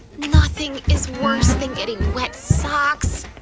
nothing is worse than getting wet socks!